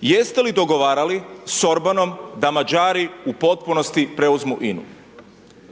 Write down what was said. Jeste li dogovarali s Orbanom da Mađari u potpunosti preuzmu INA-u?